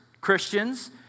Christians